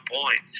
point